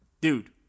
dude